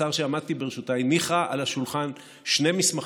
הקצר שעמדתי בראשותה, הניחה על השולחן שני מסמכים,